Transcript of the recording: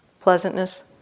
Pleasantness